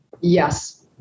Yes